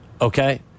okay